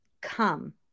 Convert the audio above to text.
come